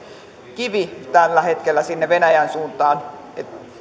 kivi tällä hetkellä sinne venäjän suuntaan